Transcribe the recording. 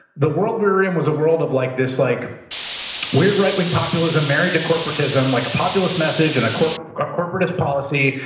the world we were in was a world of like this like weird right wing populism married to corporatism, like a populous message and a corporatist policy.